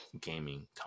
gaming